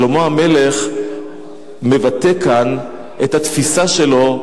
שלמה המלך מבטא כאן את התפיסה שלו,